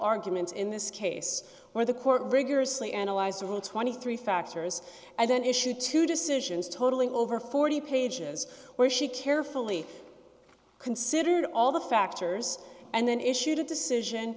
arguments in this case where the court rigorously analyzed the rule twenty three dollars factors and then issued two decisions totaling over forty pages where she carefully considered all the factors and then issued a decision